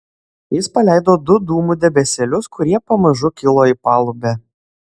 jis paleido du dūmų debesėlius kurie pamažu kilo į palubę